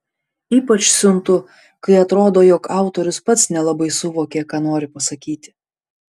ypač siuntu kai atrodo jog autorius pats nelabai suvokė ką nori pasakyti